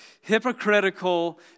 hypocritical